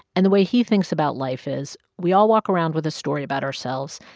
and the way he thinks about life is, we all walk around with a story about ourselves,